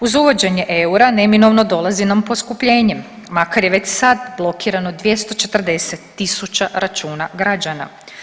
Uz uvođenje eura neminovno dolazi nam poskupljenje makar je već sad blokirano 240 tisuća računa građana.